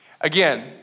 Again